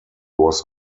was